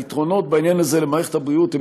היתרונות בעניין הזה למערכת הבריאות הם